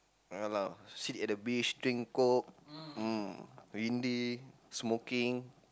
ya lah sit at the beach drink coke um windy smoking